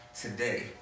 today